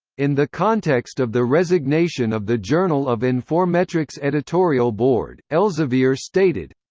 in the context of the resignation of the journal of informetrics' editorial board, elsevier stated